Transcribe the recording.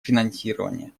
финансирование